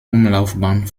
umlaufbahn